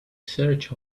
search